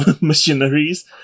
machineries